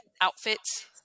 outfits